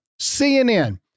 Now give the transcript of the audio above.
CNN